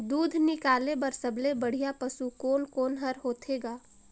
दूध निकाले बर सबले बढ़िया पशु कोन कोन हर होथे ग?